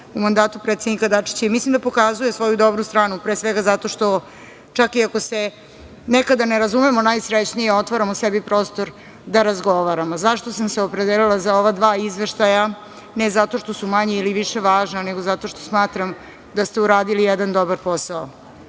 u mandatu predsednika Dačića. Mislim da pokazuje svoju dobru stranu, pre svega zato što čak i ako se nekada ne razumemo najsrećnije, otvaramo sebi prostor da razgovaramo.Zašto sam se opredelila za ova dva izveštaja? Ne zato što su manje ili više važni, nego zato što smatram da ste uradili jedan dobar